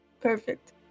Perfect